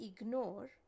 ignore